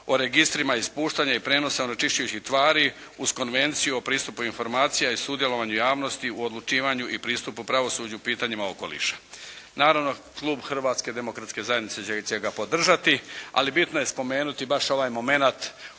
o registrima ispuštanja i prijenosa onečišćujućih tvari uz Konvenciju o pristupu informacijama, sudjelovanju javnosti u odlučivanju i pristup pravosuđu u pitanjima okoliša. Naravno klub Hrvatske demokratske zajednice će ga podržati, ali bitno je spomenuti baš ovaj momenat, odlučivanje